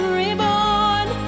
reborn